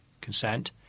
consent